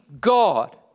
God